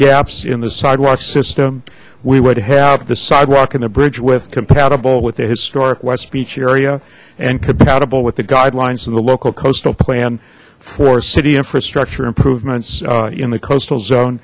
gaps in the sidewalk system we would have the sidewalk in the bridge with compatible with a historic west beach area and compatible with the guidelines of the local coastal plan for city infrastructure improvements in the coastal zone